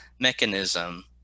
mechanism